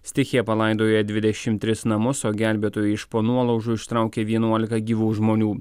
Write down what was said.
stichija palaidojo dvidešimt tris namus o gelbėtojai iš po nuolaužų ištraukė vienuolika gyvų žmonių